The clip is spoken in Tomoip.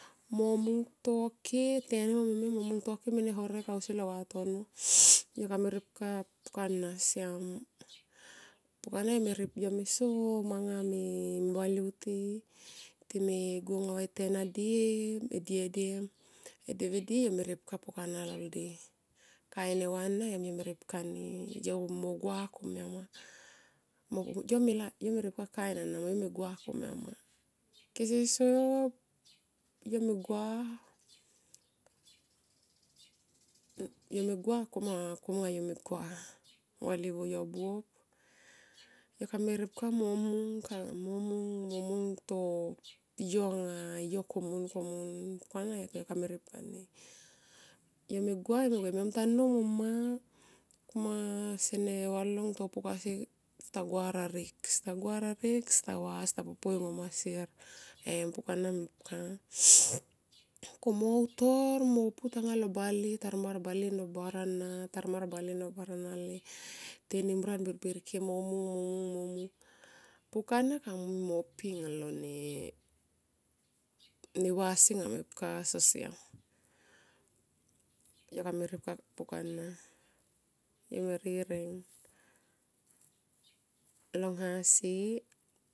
Mor mungtoke tenim mo mungto ke nene ausi lo ne vatano. Yo kame ripka pukana siam. Pukanga yo me so e manga me valivuti time go anga va e tena di e diedi me devidi yo me repka pukana loldi. Kain neva ana yo me ripka ni yo mo gua komia ma. Yo me ripka ana angu mo gua koniua nama. Kese so. yo me gua kona kom nga yo me gua mo valivu yo buop. Yo kame ripka mo mung mo mung to yo ang yo komun komun. Puhana yo kame ripkani. Yome gua mo yo me mung tua a nnou mo mma kuma sene valong to pukasi sta gua rarek sta gua morek mo sta popo e ngoma sier em pukana mepka ma. ko mo utor mo putang lo bale mo putunga tarmar e bale tarmar bale no barani nali temmran birbir kemo mung. Pukani kamui mo ne pi lo neva si anga mepka. Yo kame ripka pukana yomerireng long nghasi